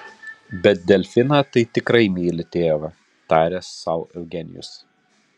bet delfiną tai tikrai myli tėvą tarė sau eugenijus